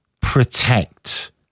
protect